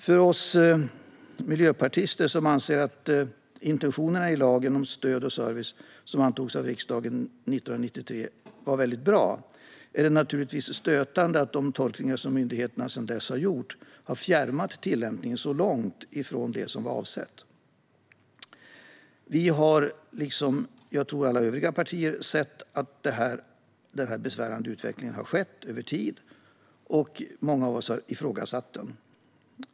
För oss miljöpartister, som anser att intentionerna i lagen om stöd och service som antogs av riksdagen 1993 var mycket bra, är det naturligtvis stötande att de tolkningar som myndigheterna sedan dess har gjort har fjärmat tillämpningen så långt från det avsedda. Vi, liksom jag tror alla övriga partier, har sett den här besvärande utvecklingen över tid, och många av oss har ifrågasatt den.